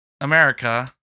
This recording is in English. America